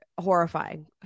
horrifying